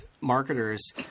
marketers